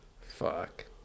fuck